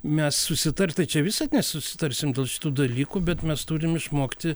mes susitart tai čia visad nesusitarsim dėl šitų dalykų bet mes turim išmokti